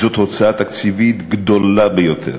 זאת הוצאה תקציבית גדולה ביותר.